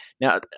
now